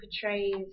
portrays